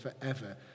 forever